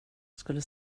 skulle